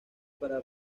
para